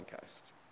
Coast